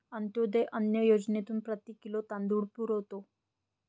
अंत्योदय अन्न योजनेतून प्रति किलो तांदूळ पुरवतो